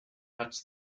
cuts